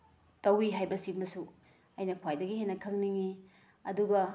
ꯇꯧꯋꯤ ꯍꯥꯏꯕꯁꯤꯃꯁꯨ ꯑꯩꯅ ꯈ꯭ꯋꯥꯏꯗꯒꯤ ꯍꯦꯟꯅ ꯈꯪꯅꯤꯡꯉꯤ ꯑꯗꯨꯒ